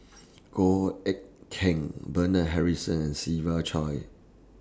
Goh Eck Kheng Bernard Harrison Siva Choy